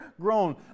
grown